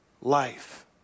life